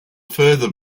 further